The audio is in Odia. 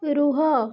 ରୁହ